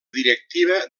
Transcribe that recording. directiva